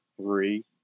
three